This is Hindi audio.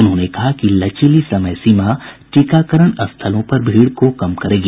उन्होंने कहा कि लचीली समय सीमा टीकाकरण स्थलों पर भीड़ को कम करेगी